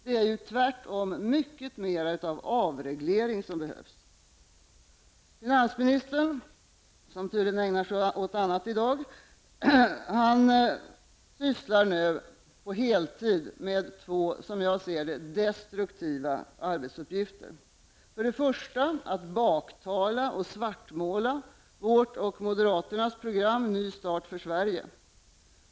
Det är tvärtom mycket mer avreglering som behövs. Finansministern -- som i dag tydligen gör något annat -- ägnar sig nu helhjärtat åt -- som jag ser det -- två destruktiva uppgifter. För det första ägnar han sig åt att baktala och svartmåla vårt och moderaternas program Ny start för Sverige.